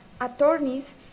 attorneys